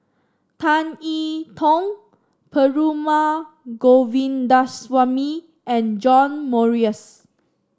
Tan E Tong Perumal Govindaswamy and John Morrice